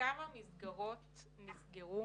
מהמסגרות תחת אחריותכם?